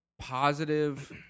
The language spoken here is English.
positive